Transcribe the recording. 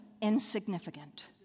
insignificant